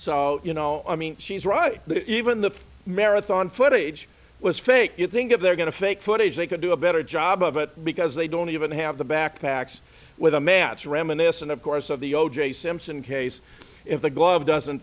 so you know i mean she's right but even the marathon footage was fake you think if they're going to fake footage they could do a better job of it because they don't even have the backpacks with a match reminiscent of course of the o j simpson case in the glove doesn't